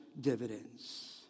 dividends